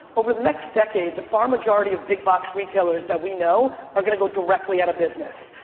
over the next decade, the far majority of big box retailers that we know are gonna go directly out of business,